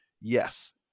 yes